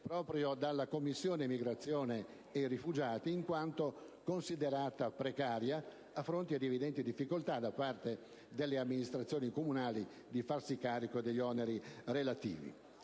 proprio dalla Commissione immigrazione e rifugiati, in quanto considerata precaria, a fronte di evidenti difficoltà da parte delle amministrazioni comunali di farsi carico degli oneri relativi.